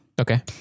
Okay